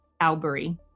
Albury